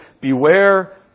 beware